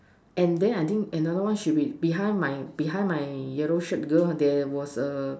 and then I think another one should be behind my behind my yellow shirt girl there was a